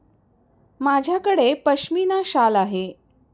माझ्याकडे पश्मीना शाल आहे